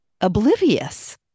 oblivious